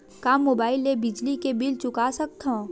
का मुबाइल ले बिजली के बिल चुका सकथव?